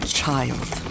child